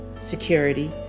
security